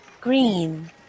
Green